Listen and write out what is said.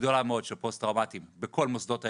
וגדולה מאוד של פוסט טראומטיים בכל מוסדות הארגון,